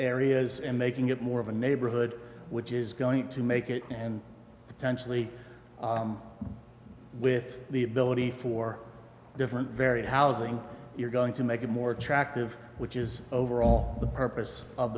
areas and making it more of a neighborhood which is going to make it and potentially with the ability for different very housing you're going to make it more attractive which is overall the purpose of